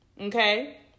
okay